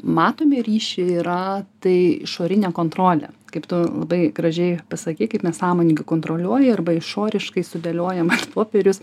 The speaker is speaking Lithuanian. matome ryšį yra tai išorinė kontrolė kaip tu labai gražiai pasakei kaip nesąmoningai kontroliuoji arba išoriškai sudėliojamas popierius